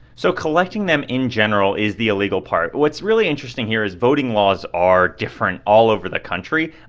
so collecting them in general is the illegal part. what's really interesting here is voting laws are different all over the country.